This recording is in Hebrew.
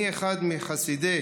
אני אחד מחסידי